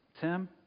Tim